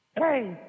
Hey